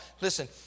Listen